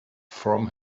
from